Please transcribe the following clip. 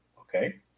okay